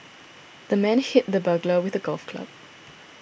the man hit the burglar with a golf club